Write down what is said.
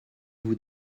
vous